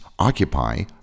occupy